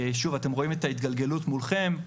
שוב, אתם רואים את ההתגלגלות מולכם.